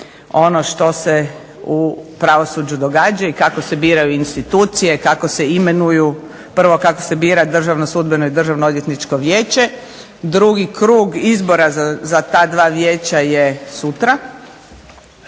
ono što se u pravosuđu događa i kako se biraju institucije, kako se imenuju. Prvo kako se bira Državno sudbeno i Državno odvjetničko vijeće. Drugi krug izbora za ta 2 vijeća je sutra.